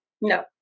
No